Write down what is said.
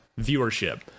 viewership